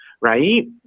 right